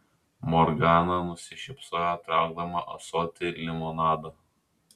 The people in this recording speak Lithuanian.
morgana nusišypsojo traukdama ąsotį limonado